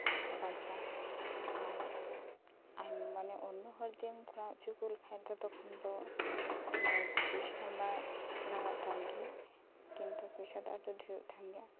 ᱵᱟᱧᱪᱟᱜᱼᱟ ᱟᱨ ᱢᱟᱱᱮ ᱚᱱᱱᱚ ᱦᱚᱲ ᱫᱤᱭᱮᱢ ᱠᱚᱨᱟᱣ ᱦᱚᱪᱚ ᱠᱚ ᱞᱮᱠᱷᱟᱱ ᱛᱚᱠᱷᱚᱱ ᱫᱚ ᱯᱚᱭᱥᱟ ᱢᱟ ᱞᱟᱜᱟᱜ ᱛᱟᱢ ᱜᱮ ᱠᱤᱱᱛᱩ ᱯᱚᱭᱥᱟ ᱫᱚ ᱟᱨᱚ ᱰᱷᱮᱨᱚᱜ ᱛᱟᱢ ᱜᱮᱭᱟ